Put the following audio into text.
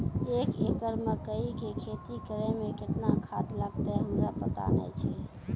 एक एकरऽ मकई के खेती करै मे केतना खाद लागतै हमरा पता नैय छै?